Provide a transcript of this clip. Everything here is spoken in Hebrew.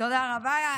תודה רבה.